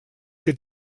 que